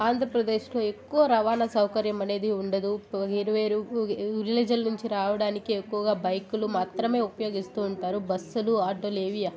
ఆంధ్రప్రదేశ్లో ఎక్కువ రవాణా సౌకర్యం అనేది ఉండదు ఇరవై విలేజుల నుంచి రావడానికి ఎక్కువగా బైకులు మాత్రమే ఉపయోగిస్తూ ఉంటారు బస్సులు ఆటోలు ఏవి